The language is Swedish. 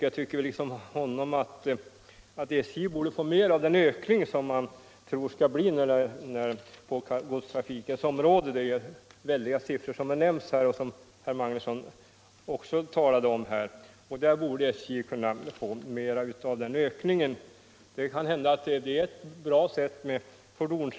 Jag tycker liksom han att SJ bör få en större del av den ökning som man väntar på godstrafikens område. Det rör sig ju om väldiga siffror, och SJ borde alltså få mer av den ökning som bl.a. herr Magnusson talade om.